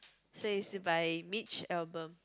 so it's by Mitch-Albom